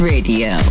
Radio